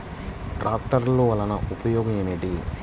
ట్రాక్టర్లు వల్లన ఉపయోగం ఏమిటీ?